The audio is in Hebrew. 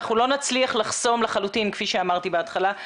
אנחנו לא נצליח לחסום לחלוטין כפי שאמרתי בהתחלה,